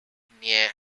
near